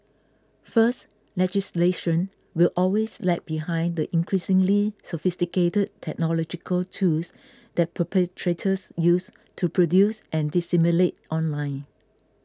first legislation will always lag behind the increasingly sophisticated technological tools that perpetrators use to produce and disseminate online